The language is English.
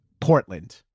Portland